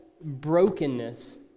brokenness